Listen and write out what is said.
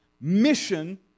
mission